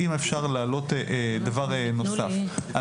אם אפשר להעלות דבר נוסף,